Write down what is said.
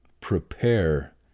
prepare